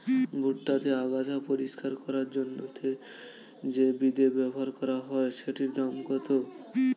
ভুট্টা তে আগাছা পরিষ্কার করার জন্য তে যে বিদে ব্যবহার করা হয় সেটির দাম কত?